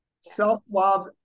Self-love